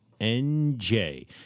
NJ